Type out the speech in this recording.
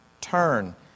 Turn